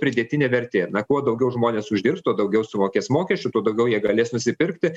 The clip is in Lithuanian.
pridėtinė vertė na kuo daugiau žmonės uždirbs tuo daugiau sumokės mokesčių tuo daugiau jie galės nusipirkti